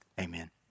Amen